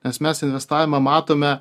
nes mes investavimą matome